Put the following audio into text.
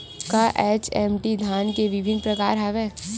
का एच.एम.टी धान के विभिन्र प्रकार हवय?